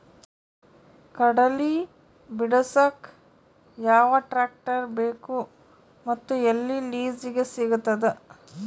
ಕಡಲಿ ಬಿಡಸಕ್ ಯಾವ ಟ್ರ್ಯಾಕ್ಟರ್ ಬೇಕು ಮತ್ತು ಎಲ್ಲಿ ಲಿಜೀಗ ಸಿಗತದ?